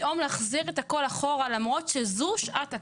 ופתאום להחזיר את הכול אחורה למרות שזו שעת הכושר,